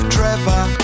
Trevor